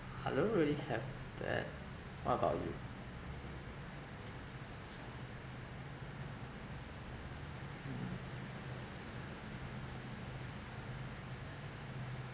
I don't really have that what about you